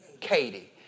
Katie